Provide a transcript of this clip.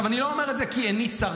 אני לא אומר את זה כי עיני צרה.